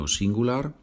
singular